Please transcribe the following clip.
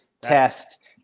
test